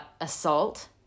assault